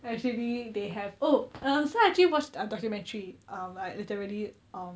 actually they have oh and also I actually watched a documentary um like literally um